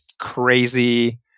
crazy